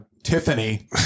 Tiffany